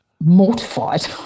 mortified